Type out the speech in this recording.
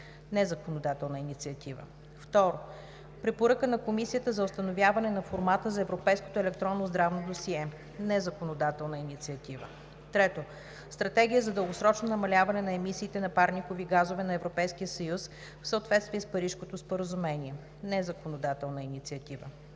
(незаконодателна инициатива). 2. Препоръка на Комисията за установяване на формàта за европейското електронно здравно досие (незаконодателна инициатива). 3. Стратегия за дългосрочно намаляване на емисиите на парникови газове на ЕС в съответствие с Парижкото споразумение (незаконодателна инициатива).